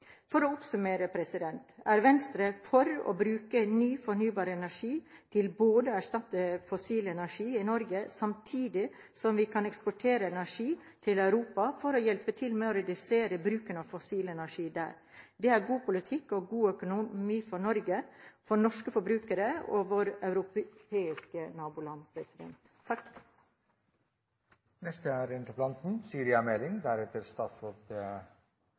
For å oppsummere: Venstre er for å bruke ny fornybar energi til å erstatte fossil energi i Norge, samtidig som vi kan eksportere energi til Europa for å hjelpe til med å redusere bruken av fossil energi der. Det er god politikk og god økonomi for Norge, for norske forbrukere og for våre europeiske naboland.